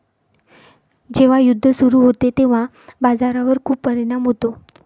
जेव्हा युद्ध सुरू होते तेव्हा बाजारावर खूप परिणाम होतो